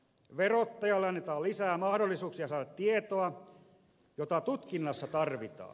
verottajalle annetaan lisää mahdollisuuksia saada tietoa jota tutkinnassa tarvitaan